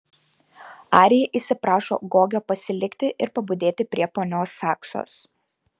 arija išsiprašo gogio pasilikti ir pabudėti prie ponios saksos